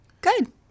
good